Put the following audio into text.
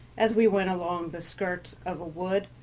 as we went along the skirts of a wood,